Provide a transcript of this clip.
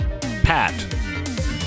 Pat